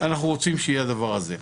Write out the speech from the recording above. אנחנו רוצים שיהיה הדבר הזה.